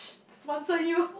sponsor you